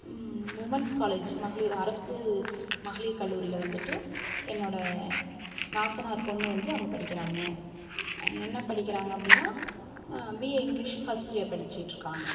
women's college மகளிர் அரசு மகளிர் கல்லூரியில வந்துட்டு என்னோடய நாத்தனார் பொண்ணு வந்து அங்கே படிக்கிறாங்க என்ன படிக்கிறாங்க அப்படினா பிஏ இங்கிலிஷ் ஃபஸ்ட் இயர் படிச்சிகிட்டு இருக்காங்க